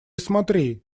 смотри